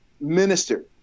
minister